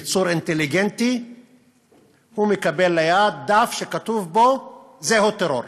יצור אינטליגנטי מקבל ליד דף שכתוב בו: זהו טרור.